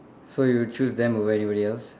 so you choose them over anybody else